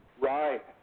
Right